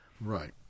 Right